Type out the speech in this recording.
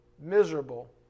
miserable